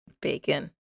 bacon